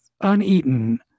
uneaten